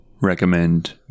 recommend